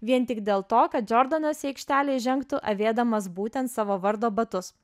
vien tik dėl to kad džordanas į aikštelę įžengtų avėdamas būtent savo vardo batus